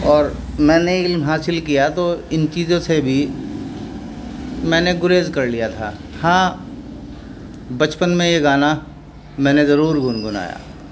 اور میں نے علم حاصل کیا تو ان چیزوں سے بھی میں نے گریز کر لیا تھا ہاں بچپن میں یہ گانا میں نے ضرور گنگنایا